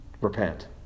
Repent